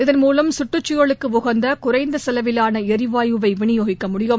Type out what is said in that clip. இதன் மூலம் கற்றுச்சூழலுக்கு உகந்த குறைந்த செலவிலான எரிவாயுவை விநியோகிக்க முடியும்